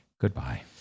Goodbye